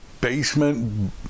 basement